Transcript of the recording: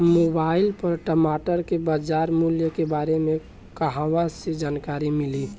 Mobile पर टमाटर के बजार मूल्य के बारे मे कहवा से जानकारी मिली?